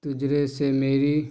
تجربے سے میری